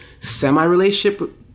semi-relationship